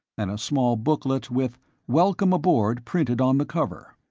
and a small booklet with welcome aboard printed on the cover.